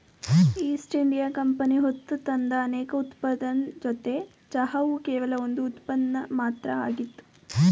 East India Company ಹೊತ್ತುತಂದ ಅನೇಕ ಉತ್ಪನ್ನದ್ ಜೊತೆ ಚಹಾವು ಕೇವಲ ಒಂದ್ ಉತ್ಪನ್ನ ಮಾತ್ರ ಆಗಿತ್ತು